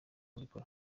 ubikora